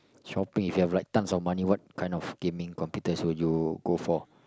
shopping if you have like tonnes of money what kind of gaming computers would you go for